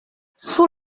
sous